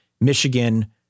Michigan